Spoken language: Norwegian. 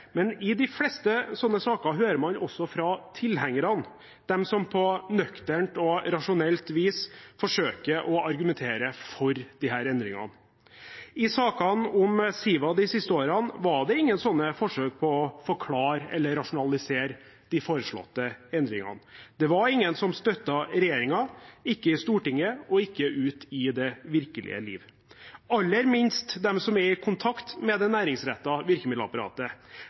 Men i de fleste sånne saker hører man også fra tilhengerne, de som på nøkternt og rasjonelt vis forsøker å argumentere for disse endringene. I sakene om Siva de siste årene var det ingen sånne forsøk på å forklare eller rasjonalisere de foreslåtte endringene. Det var ingen som støttet regjeringen – ikke i Stortinget, ikke ute i det virkelige liv, og aller minst dem som er i kontakt med det næringsrettede virkemiddelapparatet.